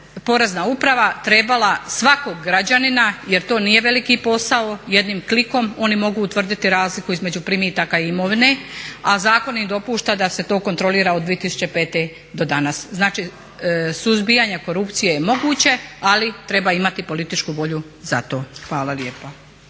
porezna uprava trebala svakog građanina jer to nije veliki posao jednim klikom oni mogu utvrditi između primitaka i imovine, a zakon im dopušta da se to kontrolira od 2005. do danas. Znači suzbijanje korupcije je moguće ali treba imati političku volju za to. Hvala lijepa.